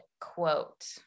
quote